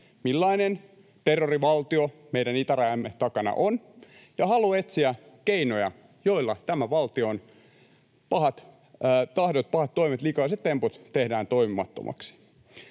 millainen terrorivaltio meidän itärajamme takana on, ja halu etsiä keinoja, joilla tämän valtion pahat tahdot, pahat toimet ja likaiset temput tehdään toimimattomiksi.